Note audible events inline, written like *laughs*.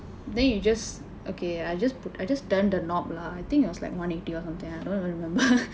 then you just okay I just I just turn the knob lah I think it was like one eighty or something I don't even remember *laughs*